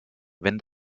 wenn